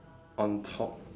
on top